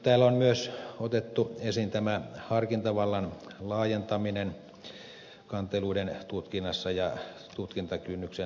täällä on myös otettu esiin harkintavallan laajentaminen kanteluiden tutkinnassa ja tutkintakynnyksen nostaminen